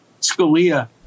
Scalia